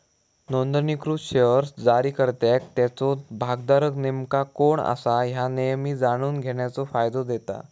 नोंदणीकृत शेअर्स जारीकर्त्याक त्याचो भागधारक नेमका कोण असा ह्या नेहमी जाणून घेण्याचो फायदा देता